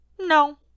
No